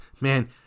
man